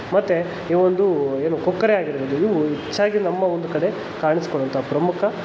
ಮತ್ತೆ ಈ ಒಂದು ಏನು ಕೊಕ್ಕರೆ ಆಗಿರ್ಬೋದು ಇವು ಹೆಚ್ಚಾಗಿ ನಮ್ಮ ಒಂದು ಕಡೆ ಕಾಣಿಸ್ಕೊಳ್ಳುವಂತ ಪ್ರಮುಖ